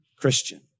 Christian